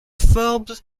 forbes